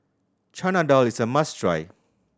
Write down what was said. Chana Dal is a must try